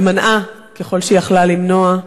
ומנעה, ככל שיכלה למנוע,